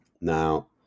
Now